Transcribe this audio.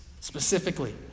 specifically